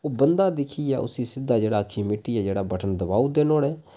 ओह् बंदा दिक्खियै उसी सिद्धा जेह्ड़ा अक्खीं मीटियै जेह्ड़ा बटन दबाई ओड़दे नुहाड़े